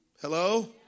Hello